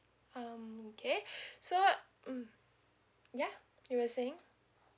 um okay so mm ya you were saying